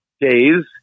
days